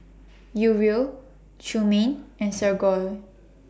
Uriel Trumaine and Sergio